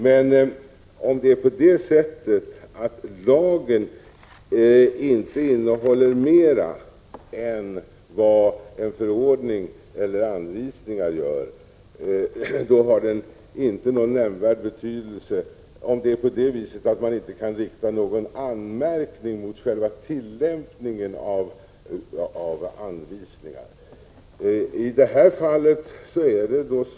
Men om lagen inte innehåller mera än vad en förordning eller anvisningar gör och man inte kan rikta någon anmärkning mot tillämpningen, då har den inte någon nämnvärd betydelse.